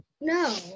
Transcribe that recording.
No